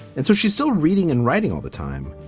and so she's still reading and writing all the time,